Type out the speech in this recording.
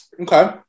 okay